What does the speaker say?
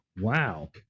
wow